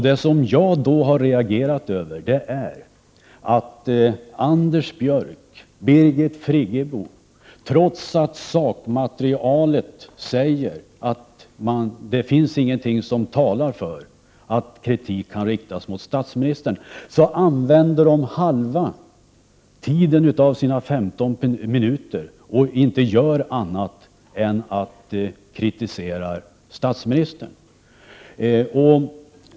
Vad jag reagerar mot är att Anders Björck och Birgit Friggebo, trots att allt sakmaterial talar för att det inte finns någon anledning att rikta kritik mot statsministern, använder halva tiden av sina 15 minuters inlägg till att kritisera statsministern.